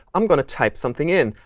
i'm going to type something in.